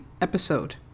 episode